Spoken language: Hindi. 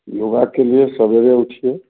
योगा के लिए सवेरे उठिए